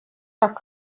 так